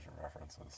references